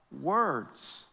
words